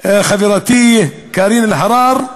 חברתי קארין אלהרר,